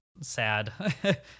sad